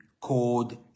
called